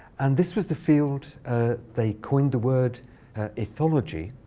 and this was the field they coined the word ethnology.